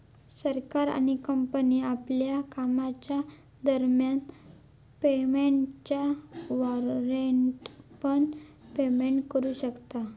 सरकार आणि कंपनी आपल्या कामाच्या दरम्यान पेमेंटच्या वॉरेंटने पण पेमेंट करू शकता